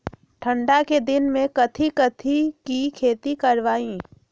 ठंडा के दिन में कथी कथी की खेती करवाई?